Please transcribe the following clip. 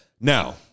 Now